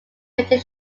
rated